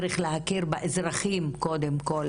צריך להכיר באזרחים קודם כל,